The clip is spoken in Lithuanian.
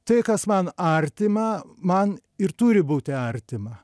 tai kas man artima man ir turi būti artima